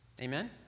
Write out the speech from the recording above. Amen